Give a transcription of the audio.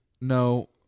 No